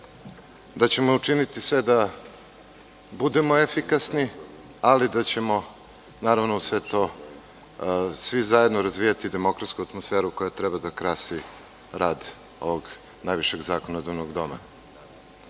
da ćemo učiniti sve da budemo efikasni, ali da ćemo naravno uz sve to svi zajedno razvijati demokratsku atmosferu koja treba da krasi rad ovog najvišeg zakonodavnog